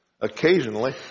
Occasionally